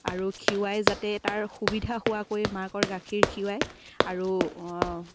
আৰু খীৰায় যাতে তাৰ সুবিধা হোৱাকৈ মাকৰ গাখীৰ খীৰায় আৰু